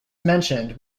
mentioned